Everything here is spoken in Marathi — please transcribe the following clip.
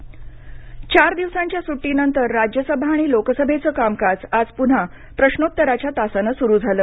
संसद चार दिवसांच्या सुट्टीनंतर राज्यसभा आणि लोकसभेचं कामकाज आज पुन्हा प्रश्नोत्तराच्या तासानं सुरु झालं